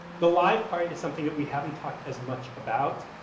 the live part is something that we haven't talked as much about.